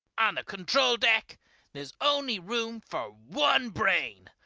on the control deck there's only room for one brain,